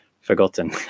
forgotten